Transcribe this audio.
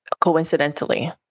coincidentally